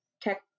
Tech